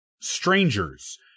strangers